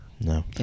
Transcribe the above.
No